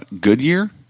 Goodyear